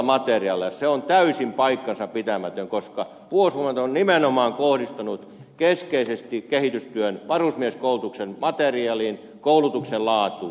se on täysin paikkansapitämätön koska puolustusvoimat on nimenomaan kohdistanut keskeisesti kehitystyön varusmieskoulutuksen materiaaliin koulutuksen laatuun